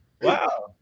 Wow